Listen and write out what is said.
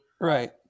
Right